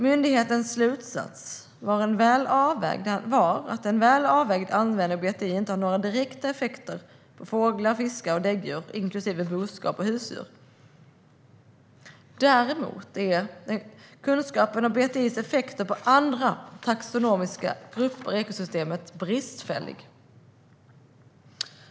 Myndighetens slutsats var att en väl avvägd användning av BTI inte har några direkta effekter på fåglar, fiskar och däggdjur inklusive boskap och husdjur. Däremot är kunskapen om BTI:s effekter på andra taxonomiska grupper i ekosystemet bristfällig.